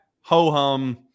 ho-hum